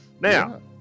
Now